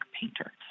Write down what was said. painter